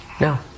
no